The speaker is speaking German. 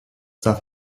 darf